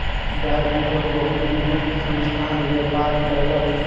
गाय दूधक बहुत विभिन्न संस्थान व्यापार कयलक